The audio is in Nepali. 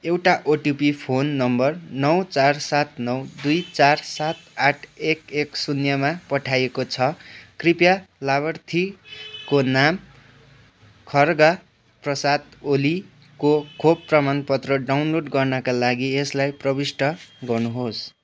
एउटा ओटिपी फोन नम्बर नौ चार सात नौ दुई चार सात आठ एक एक शून्यमा पठाएको छ कृपया लाभार्थीको नाम खर्गा प्रसाद ओलीको खोप प्रमाणपत्र डाउनलोड गर्नाका लागि यसलाई प्रविष्ट गर्नुहोस्